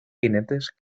jinetes